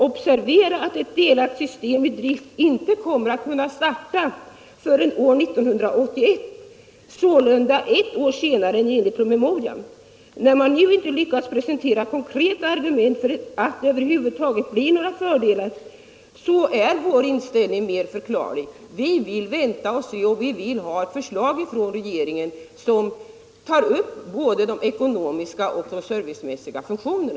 Observera att ett delat system inte kommer att kunna tas i drift förrän år 1981 — sålunda ett år senare 55 samheten När man nu inte lyckas presentera konkreta argument för att det över huvud taget blir några fördelar, så är vår inställning mer förklarlig. Vi vill vänta och se, och vi vill ha ett förslag från regeringen som tar upp både de ekonomiska och de servicemässiga problemen.